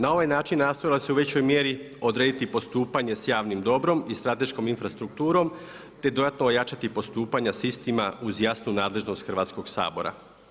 Na ovaj način nastojala su u većoj mjeri odrediti postupanje sa javnim dobrom i strateškom infrastrukturom te dodatno ojačati postupanja sa istima uz jasnu nadležnost Hrvatskoga sabora.